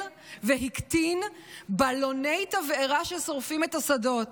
והקטין בלוני תבערה ששורפים את השדות,